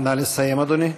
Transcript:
נא לסיים, אדוני.